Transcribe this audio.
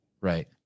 Right